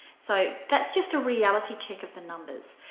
so that's just a reality check of the numbers.